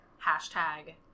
hashtag